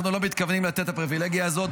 אנחנו לא מתכוונים לתת את הפריבילגיה הזאת.